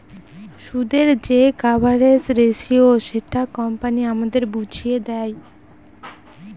সুদের যে coverage ratio সেটা কোম্পানি আমাদের বুঝিয়ে দেয়